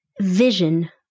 vision